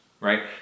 Right